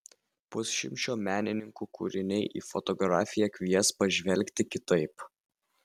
pusšimčio menininkų kūriniai į fotografiją kvies pažvelgti kitaip